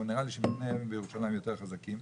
אבל נראה לי שמבני האבן בירושלים יותר חזקים.